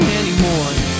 anymore